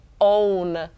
own